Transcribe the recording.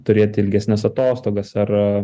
turėti ilgesnes atostogas ar